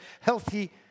Healthy